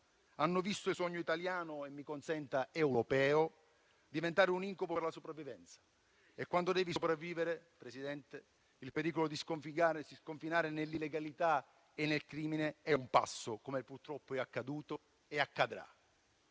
hanno visto il sogno italiano e - mi consenta - europeo diventare un incubo per la sopravvivenza. E, quando devi sopravvivere, Presidente, il pericolo di sconfinare nell'illegalità e nel crimine è a un passo, come purtroppo è accaduto e accadrà.